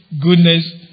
goodness